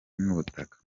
n’ubutaka